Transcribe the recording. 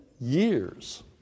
years